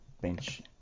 bench